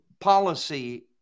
policy